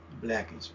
Blackish